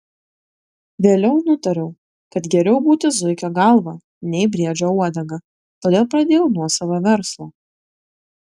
vėliau nutariau kad geriau būti zuikio galva nei briedžio uodega todėl pradėjau nuosavą verslą